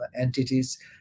entities